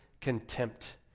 contempt